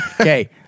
okay